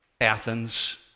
Athens